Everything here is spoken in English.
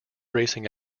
racing